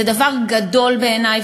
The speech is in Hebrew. זה דבר גדול בעיני,